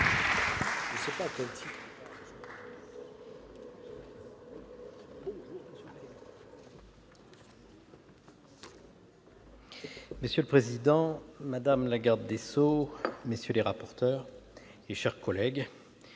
Monsieur le président, madame la garde des sceaux, messieurs les rapporteurs, mes chers collègues,